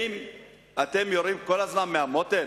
האם אתם יורים כל הזמן מהמותן?